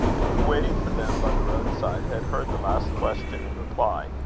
and who, waiting for them by the roadside, had heard the last question and reply,